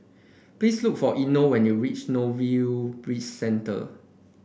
please look for Eino when you reach Bizcentre